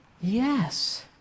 Yes